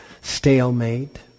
stalemate